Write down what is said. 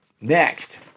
next